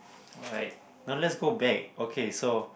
alright now let's go back okay so